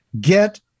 get